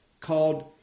called